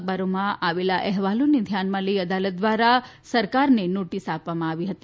અખબારોમાં આવેલા અહેવાલોને ધ્યાનમાં લઈને અદાલત દ્વારા સરકારને નોટીસ આપવામાં આવી હતી